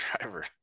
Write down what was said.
driver